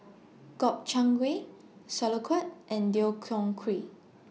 Gobchang Gui Sauerkraut and Deodeok Gui